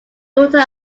daughter